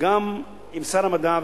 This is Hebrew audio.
גם שר המדע,